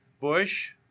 Bush